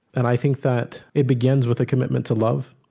and i think that it begins with a commitment to love.